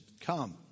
come